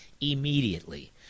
immediately